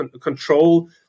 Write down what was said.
control